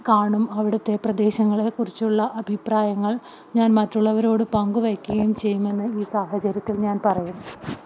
കാണും അവിടുത്തെ പ്രദേശങ്ങളെക്കുറിച്ചുള്ള അഭിപ്രായങ്ങൾ ഞാൻ മാറ്റുള്ളവരോട് പങ്കുവെയ്ക്കുകയും ചെയ്യുമെന്ന് ഈ സാഹചര്യത്തിൽ ഞാൻ പറയുന്നു